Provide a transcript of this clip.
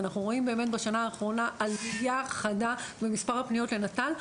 אנחנו רואים באמת בשנה האחרונה עלייה חדה במספר הפניות לנט"ל.